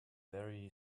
very